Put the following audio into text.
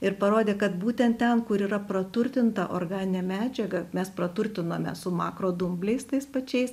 ir parodė kad būtent ten kur yra praturtinta organine medžiaga mes praturtinome su makrodumbliais tais pačiais